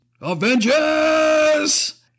Avengers